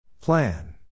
Plan